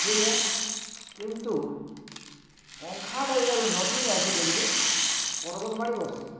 ଠିକ୍ ହେଁ କିନ୍ତୁ ପଙ୍ଖାଟା ଯେତେବେଲେ ନସିଂ ଆସି ବୋଲି କେ ପରବର୍ତ ମାଡ଼ି ବସସି